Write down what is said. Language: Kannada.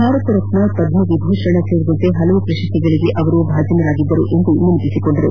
ಭಾರತ ರತ್ನ ಪದ್ಮ ವಿಭೂಷಣ ಸೇರಿದಂತೆ ಹಲವು ಪ್ರಶಸ್ತಿಗಳಿಗೆ ಭಾಜನರಾಗಿದ್ದರು ಎಂದು ಸ್ಕರಿಸಿದರು